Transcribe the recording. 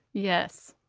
yes.